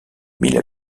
mille